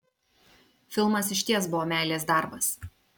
filmas išties buvo meilės darbas